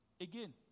Again